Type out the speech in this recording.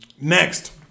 next